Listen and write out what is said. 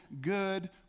good